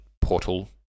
Portal